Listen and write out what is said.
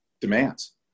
demands